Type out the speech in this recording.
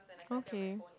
okay